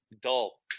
dull